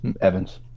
Evans